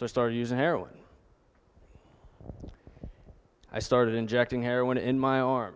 so i started using heroin i started injecting heroin in my arm